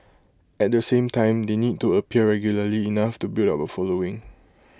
at the same time they need to appear regularly enough to build up A following